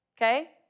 okay